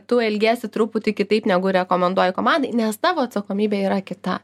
tu elgiesi truputį kitaip negu rekomenduoji komandai nes tavo atsakomybė yra kita